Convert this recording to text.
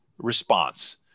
response